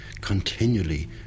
continually